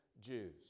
Jews